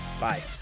Bye